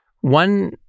One